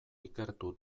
ikertu